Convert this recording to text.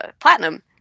platinum